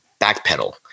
backpedal